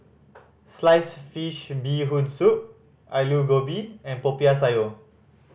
sliced fish Bee Hoon Soup Aloo Gobi and Popiah Sayur